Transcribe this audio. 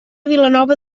vilanova